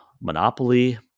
Monopoly